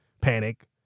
panic